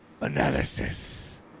analysis